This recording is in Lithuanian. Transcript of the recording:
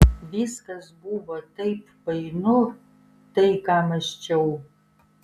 viskas buvo taip painu tai ką mąsčiau